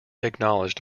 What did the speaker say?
acknowledged